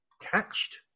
catched